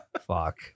Fuck